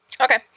Okay